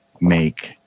make